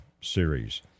series